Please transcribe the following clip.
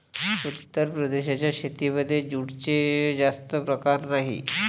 उत्तर प्रदेशाच्या शेतीमध्ये जूटचे जास्त प्रकार नाही